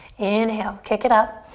inhale, kick it up.